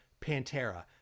Pantera